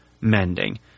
mending